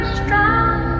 strong